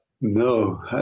No